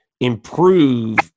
improve